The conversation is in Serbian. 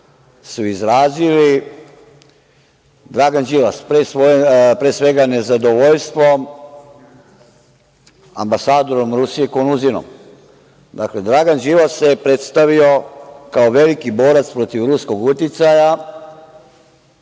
su izrazili, Dragan Đilas, pre svega, nezadovoljstvo ambasadorom Rusije, Konuzinom. Dakle, Dragan Đilas se predstavio kao veliki borac protiv ruskog uticaja,